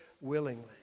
willingly